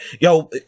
Yo